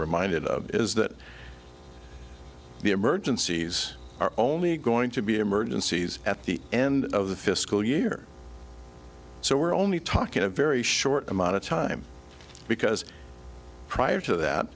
reminded of is that the emergencies are only going to be emergencies at the end of the fiscal year so we're only talking a very short amount of time because prior to that